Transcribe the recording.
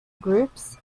groups